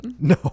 No